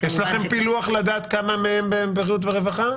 יש לכם פילוח לדעת כמה מה-6,000 הם בבריאות ורווחה?